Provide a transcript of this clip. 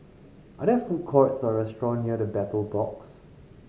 are there food courts or restaurant near The Battle Box